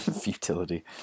Futility